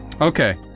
Okay